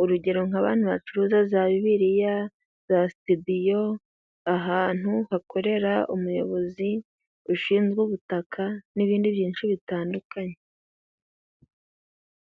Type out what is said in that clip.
urugero nk' abantu bacuruza za bibiliya, za sitidiyo ahantu hakorera umuyobozi ushinzwe ubutaka n'ibindi byinshi bitandukanye.